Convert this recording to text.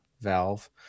valve